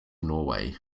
norway